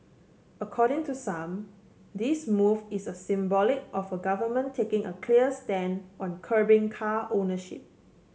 according to some this move is a symbolic of a government taking a clear stand on curbing car ownership